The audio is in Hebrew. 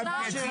גם קטי,